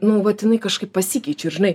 nu vat jinai kažkaip pasikeičiau ir žinai